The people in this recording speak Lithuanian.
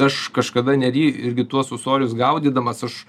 aš kažkada nery irgi tuos ūsorius gaudydamas aš